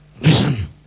Listen